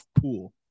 pool